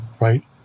right